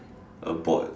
a boy